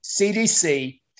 CDC